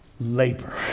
labor